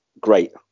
great